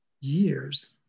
Years